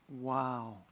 Wow